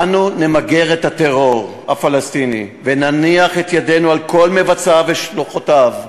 אנו נמגר את הטרור הפלסטיני ונניח את ידינו על כל מבצעיו ושלוחותיו.